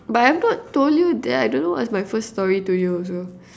but I have not told you that I don't know what is my first story to you also